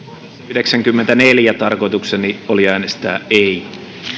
yhdeksänkymmentäneljä tarkoitukseni oli äänestää ei